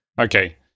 Okay